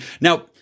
Now